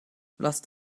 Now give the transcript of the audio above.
lasst